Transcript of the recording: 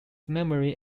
memory